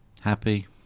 Happy